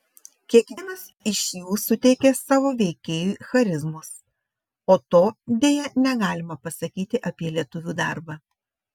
kiekvienas iš jų suteikė savo veikėjui charizmos o to deja negalima pasakyti apie lietuvių darbą